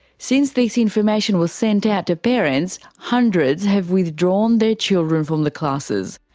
since this information was sent out to parents, hundreds have withdrawn their children from the classes.